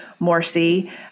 Morsi